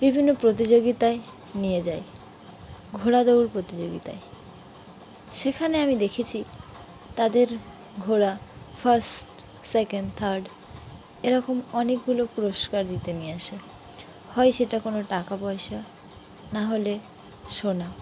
বিভিন্ন প্রতিযোগিতায় নিয়ে যায় ঘোড়া দৌড় প্রতিযোগিতায় সেখানে আমি দেখেছি তাদের ঘোড়া ফার্স্ট সেকেন্ড থার্ড এরকম অনেকগুলো পুরস্কার জিতে নিয়ে আসে হয় সেটা কোনো টাকা পয়সা নাহলে সোনা